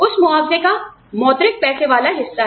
उस मुआवजे का मौद्रिक पैसे वाला हिस्सा है